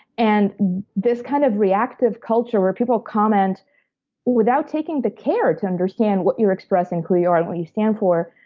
and this kind of reactive culture where people comment without taking the care to understand what you're expressing, who you are, and what you stand for,